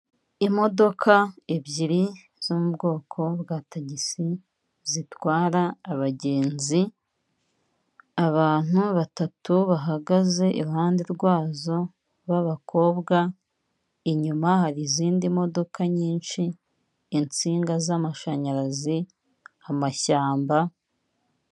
Imodoka ebyiri zo mu bwoko bwa tagisi zitwara abagenzi. Abantu batatu bahagaze iruhande rwazo babakobwa, inyuma hari izindi modoka nyinshi, insinga z'amashanyarazi, amashyamba...